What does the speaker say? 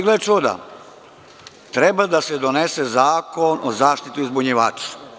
Gle čuda, treba da se donese zakon o zaštiti uzbunjivača.